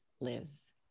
Liz